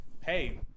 Hey